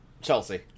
Chelsea